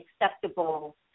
acceptable